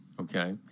Okay